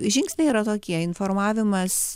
žingsniai yra tokie informavimas